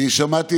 אני שומעת.